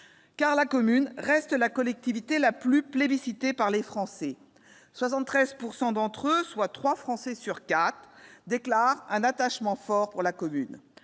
La commune reste en effet la collectivité la plus plébiscitée par les Français, 73 % d'entre eux, soit trois Français sur quatre, déclarant un attachement fort pour la commune.